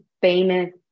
famous